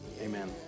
amen